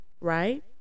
right